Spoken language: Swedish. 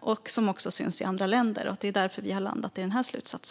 och som också syns i andra länder. Det är därför som vi har landat i denna slutsats.